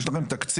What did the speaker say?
יש לכם תקציב?